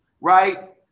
right